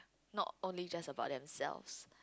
no only just about themselves